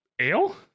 Ale